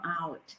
out